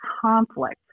conflict